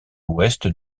ouest